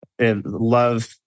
love